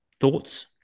Thoughts